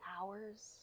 hours